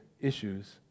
issues